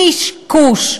קשקוש.